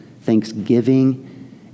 thanksgiving